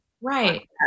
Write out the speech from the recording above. Right